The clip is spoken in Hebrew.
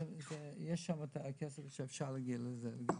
יש שם את הכסף ואפשר להגיע לזה.